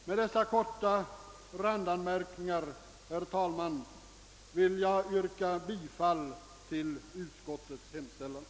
Med dessa korta randanmärkningar, herr talman, vill jag yrka bifall till utskottets hemställan.